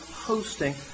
Hosting